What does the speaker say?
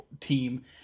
team